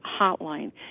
Hotline